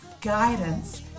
guidance